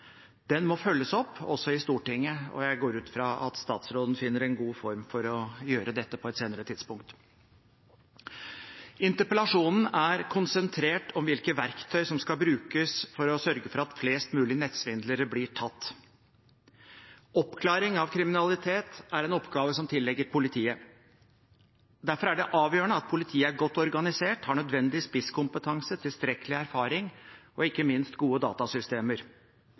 Den må følges opp, også i Stortinget, og jeg går ut fra at statsråden finner en god form for å gjøre dette på et senere tidspunkt. Interpellasjonen er konsentrert om hvilke verktøy som skal brukes for å sørge for at flest mulig nettsvindlere blir tatt. Oppklaring av kriminalitet er en oppgave som tilligger politiet. Derfor er det avgjørende at politiet er godt organisert og har nødvendig spisskompetanse, tilstrekkelig erfaring og ikke minst gode datasystemer